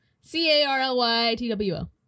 C-A-R-L-Y-T-W-O